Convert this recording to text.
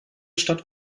stadt